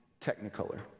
technicolor